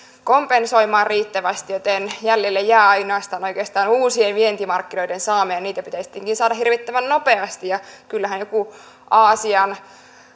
kompensoimaan riittävästi joten jäljelle jää ainoastaan oikeastaan uusien vientimarkkinoiden saaminen niitä pitäisi tietenkin saada hirvittävän nopeasti kyllähän joku aasian